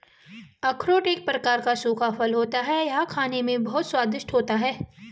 अखरोट एक प्रकार का सूखा फल होता है यह खाने में बहुत ही स्वादिष्ट होता है